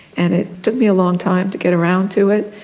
and it took me a long time to get around to it